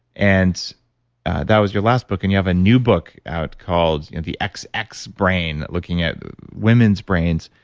and that was your last book, and you have a new book out called the xx xx brain, looking at women's brains.